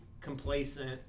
complacent